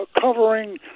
covering